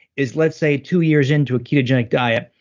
is let's say two years in to a ketogenic diet,